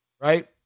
Right